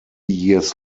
years